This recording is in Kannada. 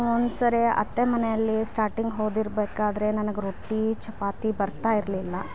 ಒಂದು ಸರಿ ಅತ್ತೆ ಮನೆಯಲ್ಲಿ ಸ್ಟಾರ್ಟಿಂಗ್ ಹೋದಿರ್ಬೇಕಾದರೆ ನನಗೆ ರೊಟ್ಟಿ ಚಪಾತಿ ಬರ್ತಾ ಇರಲಿಲ್ಲ